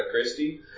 Christie